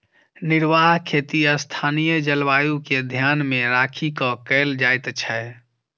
निर्वाह खेती स्थानीय जलवायु के ध्यान मे राखि क कयल जाइत छै